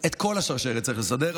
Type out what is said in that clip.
את כל השרשרת צריך לסדר,